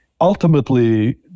Ultimately